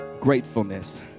gratefulness